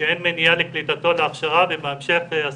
שאין מניעה לקליטתו להכשרה ובהמשך העסקתו.